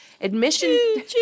Admission